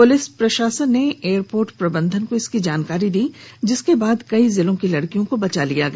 police प्रशासन ने airport प्रबंधन को इसकी जानकारी दी जिसके बाद कई जिलों की लड़कियों को बचा लिया गया